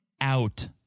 out